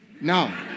No